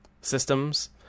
systems